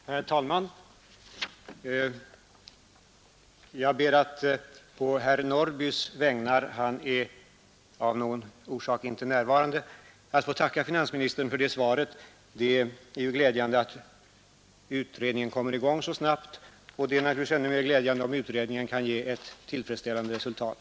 Herr talman! Jag ber att på herr Norrbys i Gunnarskog vägnar — han är förhindrad att närvara — få tacka finansministern för svaret. Det är ju glädjande att utredningen kommer i gång så snabbt, och det är naturligtvis ännu mera glädjande om utredningen kan ge ett tillfredsställande resultat.